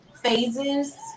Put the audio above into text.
phases